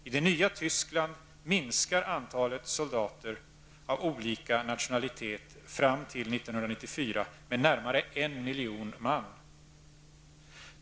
I det nya Tyskland minskar antalet soldater av olika nationalitet fram till 1994 med närmare en miljon man.